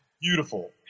beautiful